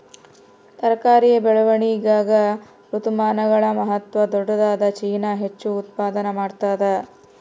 ತರಕಾರಿಯ ಬೆಳವಣಿಗಾಗ ಋತುಮಾನಗಳ ಮಹತ್ವ ದೊಡ್ಡದಾದ ಚೀನಾ ಹೆಚ್ಚು ಉತ್ಪಾದನಾ ಮಾಡ್ತದ